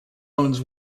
owns